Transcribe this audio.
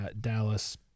Dallas